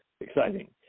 exciting